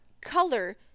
color